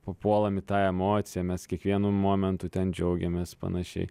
papuolam į tą emociją mes kiekvienu momentu ten džiaugiamės panašiai